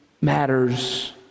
matters